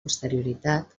posterioritat